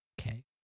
Okay